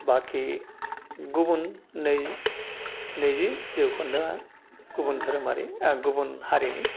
बाखि गुबुन नै नैजि जौखोन्दोआ गुबुन धोरोमारि गुबुन हारिनि